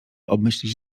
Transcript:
obmyślić